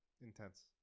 intense